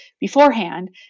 beforehand